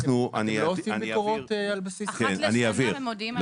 אתם עושים ביקורות על בסיס קבוע?